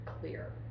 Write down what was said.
clear